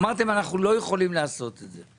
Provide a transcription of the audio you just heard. אמרתם אנחנו לא יכולים לעשות את זה.